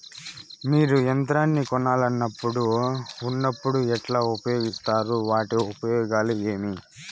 మీరు యంత్రాన్ని కొనాలన్నప్పుడు ఉన్నప్పుడు ఎట్లా ఉపయోగిస్తారు వాటి ఉపయోగాలు ఏవి?